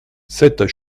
sept